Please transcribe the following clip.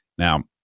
Now